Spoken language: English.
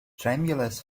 tremulous